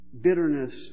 bitterness